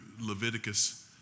Leviticus